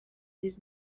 his